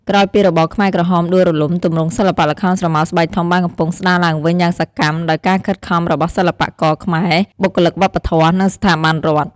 ក្រោយពីរបបខ្មែរក្រហមដួលរលំ ទម្រង់សិល្បៈល្ខោនស្រមោលស្បែកធំបានកំពុងស្តារឡើងវិញយ៉ាងសកម្ម ដោយការខិតខំរបស់សិល្បករខ្មែរ បុគ្គលិកវប្បធម៌ និងស្ថាប័នរដ្ឋ។